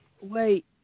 Wait